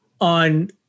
on-